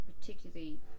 particularly